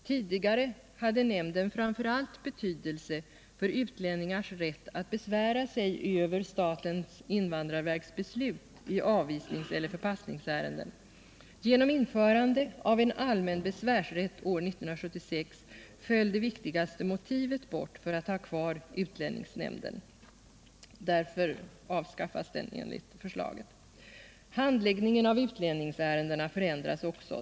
Tidigare hade nämnden framför allt betydelse för utlänningars rätt att besvära sig över statens invandrarverks beslut i avvisningseller förpassningsärenden. Genom införande av en allmän besvärsrätt år 1976 föll det viktigaste motivet bort för att ha kvar utlänningsnämnden. Därför avskaffas den enligt förslaget. 2. Handläggningen av utlänningsärenden förändras.